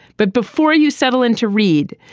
but before you settle in to read.